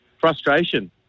frustration